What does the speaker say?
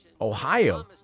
ohio